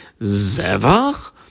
zevach